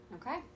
Okay